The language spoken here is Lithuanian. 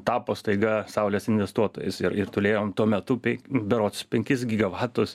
tapo staiga saulės investuotojais ir ir turėjom tuo metu pei berods penkis gigavatus